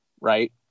Right